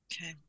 Okay